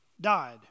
died